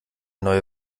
neue